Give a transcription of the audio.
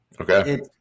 Okay